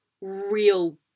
real